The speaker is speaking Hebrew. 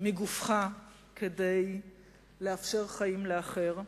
מגופך כדי לאפשר חיים לאחר.